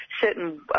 certain